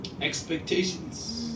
expectations